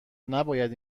نباید